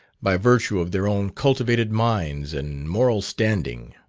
by virtue of their own cultivated minds and moral standing.